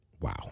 Wow